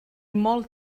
molt